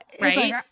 Right